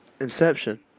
inception